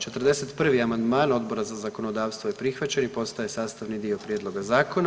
41. amandman Odbora za zakonodavstvo je prihvaćen i postaje sastavni dio prijedloga zakona.